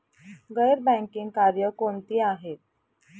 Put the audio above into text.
गैर बँकिंग कार्य कोणती आहेत?